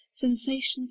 sensations